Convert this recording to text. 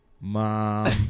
mom